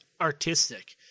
artistic